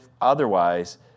otherwise